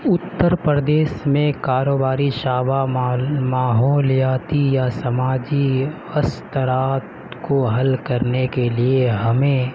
اتر پردیش میں کاروباری شعبہ مال ماحولیاتی یا سماجی استرات کو حل کرنے کے لیے ہمیں